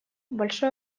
большое